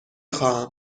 خواهم